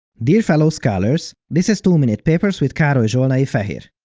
dear fellow scholars, this is two minute papers with karoly zsolnai-feher.